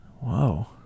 Whoa